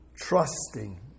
trusting